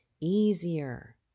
easier